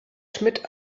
schmidt